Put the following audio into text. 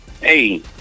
hey